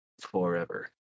forever